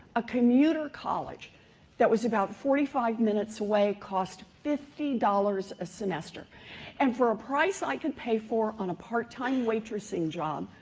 a commuter college that was about forty five minutes away cost fifty dollars a semester and for a price i could pay for on a part-time waitressing job,